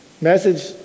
Message